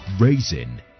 raising